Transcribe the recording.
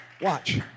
watch